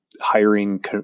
hiring